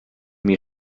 mir